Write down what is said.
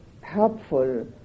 helpful